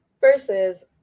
versus